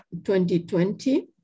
2020